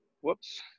Whoops